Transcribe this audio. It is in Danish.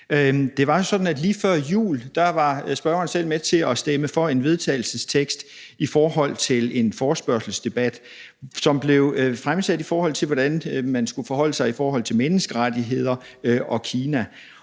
Det var jo sådan, at lige før jul var spørgeren selv med til at stemme for en vedtagelsestekst i en forespørgselsdebat, som blev fremsat, i forhold til hvordan man skulle forholde sig til menneskerettigheder og Kina.